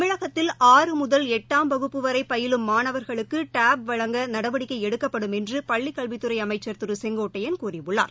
தமிழகத்தில் ஆறு முதல் எட்டாம் வகுப்பு வரைபயிலும் மாணவர்களுக்குடேப் வழங்க நடவடிக்கைஎடுக்கப்படும் என்றுபள்ளிக் கல்வித்துறைஅமைச்சர் திருசெங்கோட்டையன் கூறியுள்ளார்